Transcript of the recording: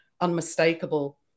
unmistakable